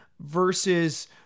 versus